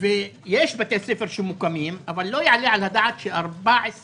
יש בתי ספר שמוקמים אבל לא יעלה על הדעת ש-13,000